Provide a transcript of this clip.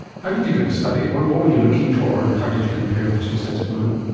how did you do the study? but what were you looking for and how did you compare the two sets of women?